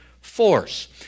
force